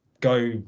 go